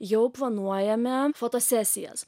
jau planuojame fotosesijas